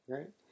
Right